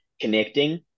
connecting